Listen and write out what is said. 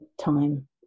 time